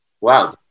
Wow